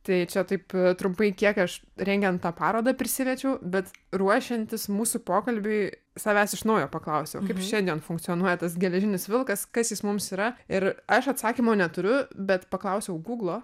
tai čia taip trumpai kiek aš rengiant tą parodą prisiliečiau bet ruošiantis mūsų pokalbiui savęs iš naujo paklausiau kaip šiandien funkcionuoja tas geležinis vilkas kas jis mums yra ir aš atsakymo neturiu bet paklausiau gūglo